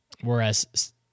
Whereas